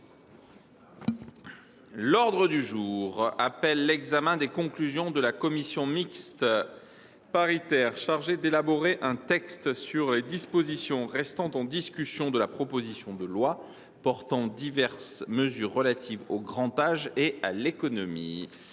L’ordre du jour appelle l’examen des conclusions de la commission mixte paritaire chargée d’élaborer un texte sur les dispositions restant en discussion de la proposition de loi portant diverses mesures relatives au grand âge et à l’autonomie